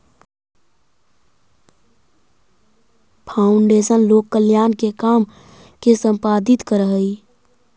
foundation लोक कल्याण के काम के संपादित करऽ हई